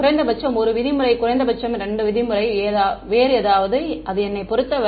குறைந்தபட்ச 1 விதிமுறை குறைந்தபட்சம் 2 விதிமுறை வேறு ஏதாவது அது என்னை பொறுத்தவரை